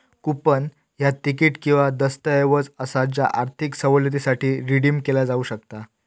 coupon ह्या तिकीट किंवा दस्तऐवज असा ज्या आर्थिक सवलतीसाठी रिडीम केला जाऊ शकता